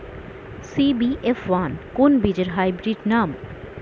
CBF one কোন বীজের hybrid নাম?